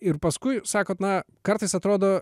ir paskui sakot na kartais atrodo